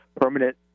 permanent